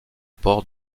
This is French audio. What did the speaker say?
port